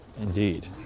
Indeed